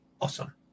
awesome